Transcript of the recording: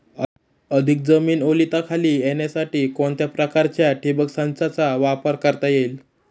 अधिक जमीन ओलिताखाली येण्यासाठी कोणत्या प्रकारच्या ठिबक संचाचा वापर करता येईल?